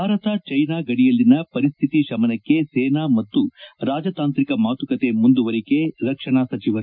Bharat China ಗಡಿಯಲ್ಲಿನ ಪರಿಸ್ಪಿತಿ ಶಮನಕ್ಕೆ ಸೇನಾ ಮತ್ತು ರಾಜತಾಂತ್ರಿಕ ಮಾತುಕತೆ ಮುಂದುವರಿಕೆ ರಕ್ಷಣಾ ಸಚಿವರು